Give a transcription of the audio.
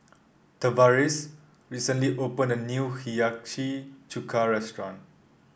tavaris recently opened a new Hiyashi Chuka restaurant